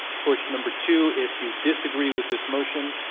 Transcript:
push number two if you disagree with this motion.